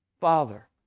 Father